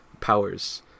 powers